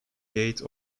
gate